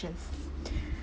~tions